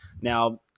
now –